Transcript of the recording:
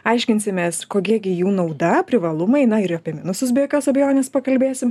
aiškinsimės kokia gi jų nauda privalumai na ir apie minusus be jokios abejonės pakalbėsim